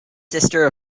sister